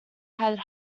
had